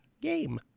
game